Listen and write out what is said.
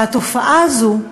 והתופעה הזו היא